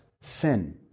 sin